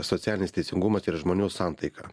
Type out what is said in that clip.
socialinis teisingumas ir žmonių santaika